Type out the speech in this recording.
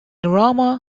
rama